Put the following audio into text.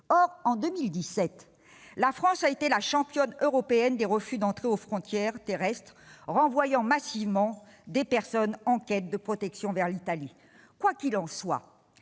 Or, en 2017, la France s'est révélée la championne européenne des refus d'entrée aux frontières terrestres, renvoyant massivement des personnes en quête de protection vers l'Italie. Quoi qu'il en soit,